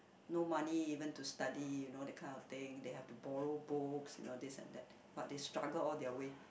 no money even to study you know that kind of thing they have borrow books you know this and that but they struggle all their way